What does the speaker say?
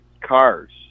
cars